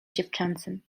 dziewczęcym